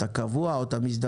את הקבוע או את המזדמן?